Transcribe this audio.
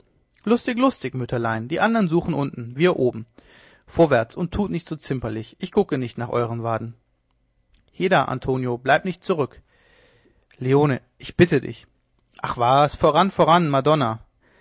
lustig lustig mütterlein die andern suchen unten wir oben vorwärts und tut nicht so zimperlich ich gucke nicht nach euern waden heda antonio bleib nicht zurück leone ich bitte dich ach was voran voran madonna